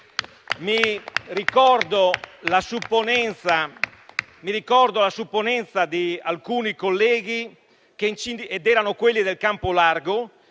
Ricordo la supponenza di alcuni colleghi - ed erano quelli del campo largo